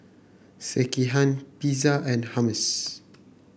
Sekihan Pizza and Hummus